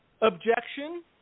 objection